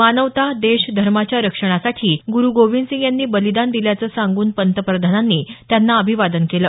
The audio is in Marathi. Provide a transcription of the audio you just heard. मानवता देश धर्माच्या रक्षणासाठी गुरु गोविंद सिंग यांनी बलिदान दिल्याचं सांगून पंतप्रधानांनी त्यांना अभिवादन केलं